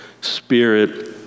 spirit